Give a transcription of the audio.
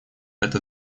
это